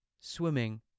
swimming